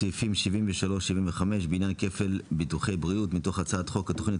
רק סעיפים 73-75 (בעניין כפל ביטוחי בריאות) מתוך הצעת חוק התוכנית